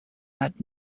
had